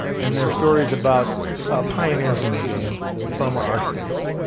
and they are stories about pioneers in the game from our state.